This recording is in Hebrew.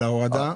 על ההורדה?